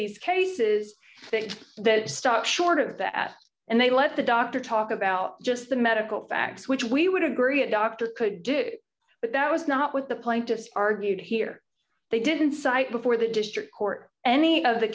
these cases that they stop short of the at and they let the doctor talk about just the medical facts which we would agree a doctor could do but that was not with the plaintiffs argued here they didn't cite before the district court any of the